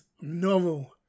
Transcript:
novel